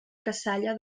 cassalla